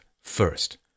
first